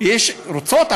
רוצות.